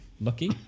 lucky